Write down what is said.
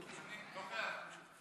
נוכח.